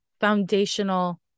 foundational